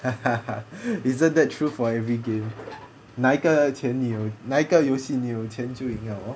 isn't that true for every game 哪一个钱你有哪游戏你有钱就赢了 lor